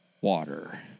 water